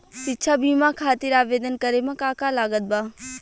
शिक्षा बीमा खातिर आवेदन करे म का का लागत बा?